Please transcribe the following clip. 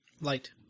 Light